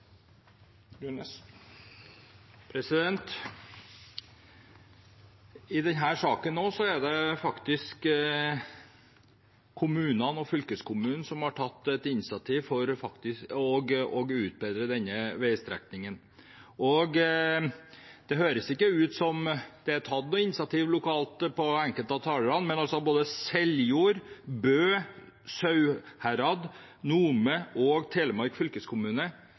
I denne saken er det kommunene og fylkeskommunen som har tatt initiativ til å utbedre denne veistrekningen. Det høres på enkelte talere ikke ut som om det er tatt noe initiativ lokalt, men både Seljord, Bø, Sauherad, Nome kommuner og Telemark fylkeskommune